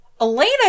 Elena